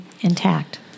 intact